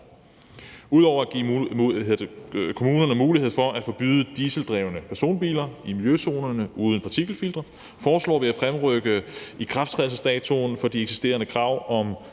Ud over at give kommunerne mulighed for at forbyde dieseldrevne personbiler uden partikelfilter i miljøzonerne foreslår vi at fremrykke ikrafttrædelsesdatoen for de eksisterende krav om